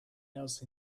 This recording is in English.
else